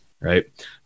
right